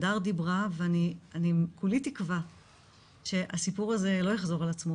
הדר דיברה ואני כולי תקווה שהסיפור הזה לא יחזור על עצמו.